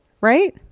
Right